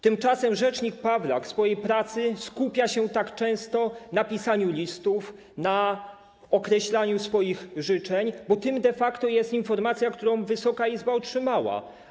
Tymczasem rzecznik Pawlak w swojej pracy skupia się tak często na pisaniu listów, na określaniu swoich życzeń, bo tym de facto jest informacja, którą Wysoka Izba otrzymała.